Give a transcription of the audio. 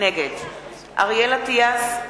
נגד אריאל אטיאס,